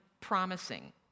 promising